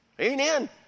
Amen